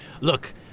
Look